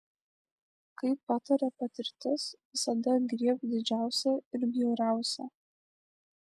kaip pataria patirtis visada griebk didžiausią ir bjauriausią